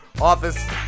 Office